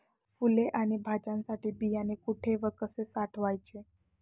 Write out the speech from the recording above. फुले आणि भाज्यांसाठी बियाणे कुठे व कसे साठवायचे?